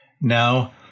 Now